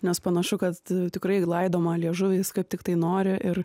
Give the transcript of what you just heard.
nes panašu kad tikrai laidoma liežuviais kaip tiktai nori ir